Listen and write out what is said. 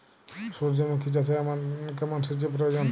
সূর্যমুখি চাষে কেমন সেচের প্রয়োজন?